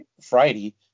Friday